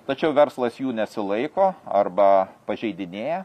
tačiau verslas jų nesilaiko arba pažeidinėja